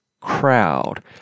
crowd